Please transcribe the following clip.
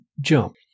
jump